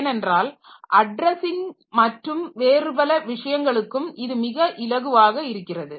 ஏனென்றால் அட்ரஸ்ஸிங்கிற்கும் மற்றும் வேறு பல விஷயங்களுக்கும் இது மிக இலகுவாக இருக்கிறது